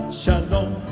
shalom